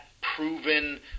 proven